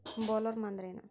Bollworm ಅಂದ್ರೇನು?